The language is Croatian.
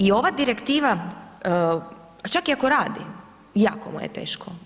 I ova direktiva, čak i ako radi, jako mu je teško.